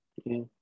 okay